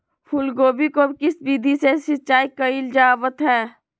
फूलगोभी को किस विधि से सिंचाई कईल जावत हैं?